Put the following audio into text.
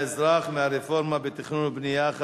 הרפורמה בתכנון ובנייה על האזרח,